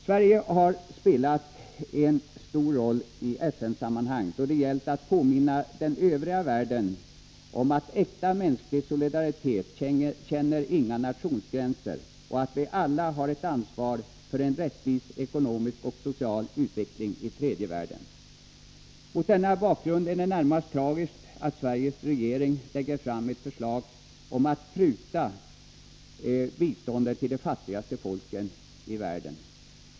Sverige har spelat en stor roll i FN-sammanhang, då det gällt att påminna den övriga världen om att ”äkta mänsklig solidaritet känner inga nationsgränser” och att vi alla har ett ansvar för en rättvis ekonomisk och social utveckling i tredje världen. Mot denna bakgrund är det närmast tragiskt att Sveriges regering lägger fram ett förslag om att pruta ned biståndet till de fattigaste folken i världen.